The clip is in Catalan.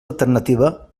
alternativa